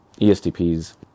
ESTPs